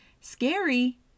Scary